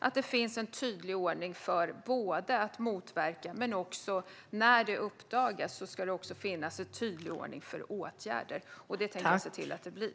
Det ska finnas en tydlig ordning för att motverka detta, och när det uppdagas ska det också finnas en tydlig ordning för åtgärder, och det tänker jag se till att det blir.